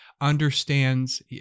understands